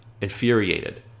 infuriated